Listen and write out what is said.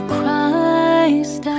Christ